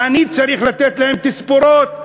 אני צריך לתת להם תספורות.